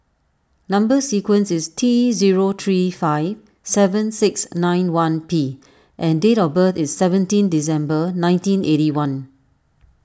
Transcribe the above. Number Sequence is T zero three five seven six nine one P and date of birth is seventeen December nineteen eighty one